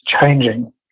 changing